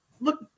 look –